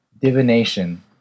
divination